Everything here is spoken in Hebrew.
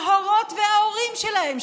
ההורות וההורים שלהם,